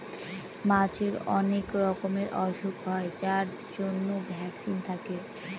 মাছের অনেক রকমের ওসুখ হয় যার জন্য ভ্যাকসিন থাকে